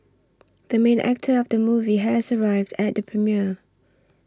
the main actor of the movie has arrived at the premiere